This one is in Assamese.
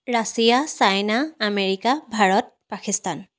Russia China America Bharat Pakistan